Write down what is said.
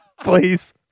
Please